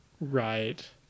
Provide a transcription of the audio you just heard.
right